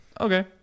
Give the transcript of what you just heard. okay